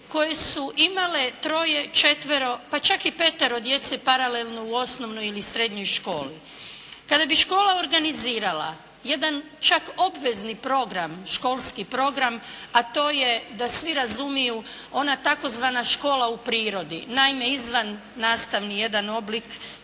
koje su imale troje, četvero, pa čak i petero djece paralelno u osnovnoj i srednjoj školi. Kada bi škola organizirala jedan čak obvezni program, školski program, a to je da svi razumiju ona tzv. škola u prirodi, naime izvannastavni jedan oblik